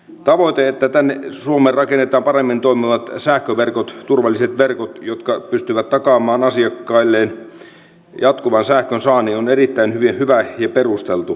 tavoite että tänne suomeen rakennetaan paremmin toimivat sähköverkot turvalliset verkot jotka pystyvät takaamaan asiakkailleen jatkuvan sähkönsaannin on erittäin hyvä ja perusteltu